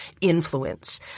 influence